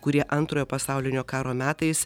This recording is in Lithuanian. kurie antrojo pasaulinio karo metais